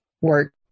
work